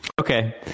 Okay